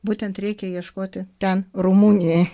būtent reikia ieškoti ten rumunijoj